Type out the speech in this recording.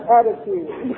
attitude